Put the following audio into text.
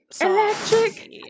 Electric